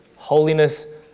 Holiness